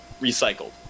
recycled